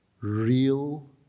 real